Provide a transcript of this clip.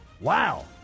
Wow